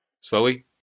Slowly